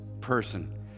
person